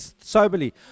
soberly